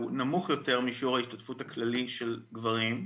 הוא נמוך יותר משיעור ההשתתפות הכללי של גברים.